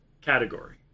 category